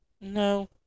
no